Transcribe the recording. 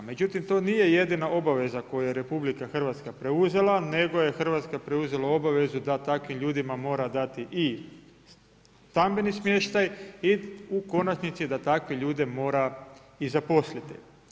Međutim to nije jedina obaveza koju je RH preuzela nego je Hrvatska preuzela obavezu da takvim ljudima mora dati i stambeni smještaj i u konačnici da takve ljude mora i zaposliti.